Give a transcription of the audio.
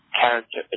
character